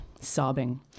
sobbing